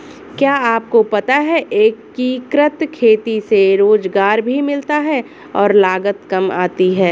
क्या आपको पता है एकीकृत खेती से रोजगार भी मिलता है और लागत काम आती है?